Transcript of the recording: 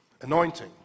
Anointing